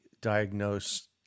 diagnose